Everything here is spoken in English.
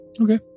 Okay